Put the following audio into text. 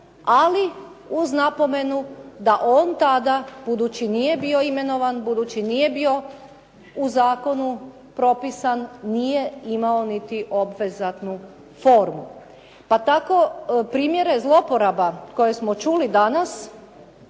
ali uz napomenu da on tada budući nije bio imenovan, budući nije bio u zakonu propisan nije imao niti obvezatnu formu. Pa tako, primjere zloporaba koje smo čuli danas